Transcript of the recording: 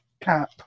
Cap